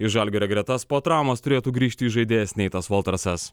į žalgirio gretas po traumos turėtų grįžti įžaidėjas neitas voltrasas